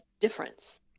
difference